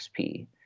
xp